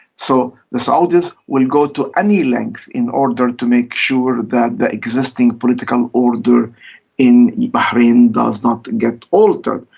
so the saudis will go to any length in order to make sure that the existing political order in bahrain does not get altered.